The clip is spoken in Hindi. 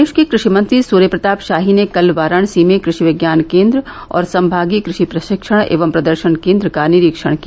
प्रदेश के कृषिी मंत्री सूर्य प्रताप शाही ने कल वाराणसी में कृषि विज्ञान केंद्र और संभागीय कृषि परीक्षण एवं प्रदर्शन केंद्र का निरीक्षण किया